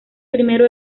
primero